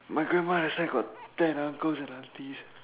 my grandma that side got ten uncles and aunties